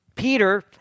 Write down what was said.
Peter